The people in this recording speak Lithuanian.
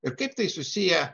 ir kaip tai susiję